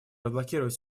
разблокировать